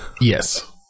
Yes